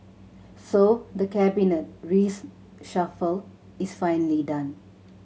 so the Cabinet is finally done